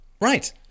Right